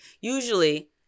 Usually